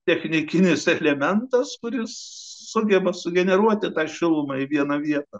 technikinis elementas kuris sugeba sugeneruoti tą šilumą į vieną vietą